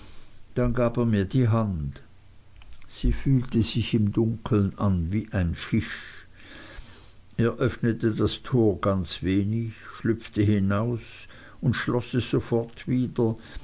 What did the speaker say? dann gab er mir die hand sie fühlte sich im dunkeln an wie ein fisch er öffnete das tor ganz wenig schlüpfte hinaus und schloß sie sofort wieder